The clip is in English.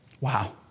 Wow